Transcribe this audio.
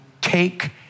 take